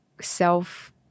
self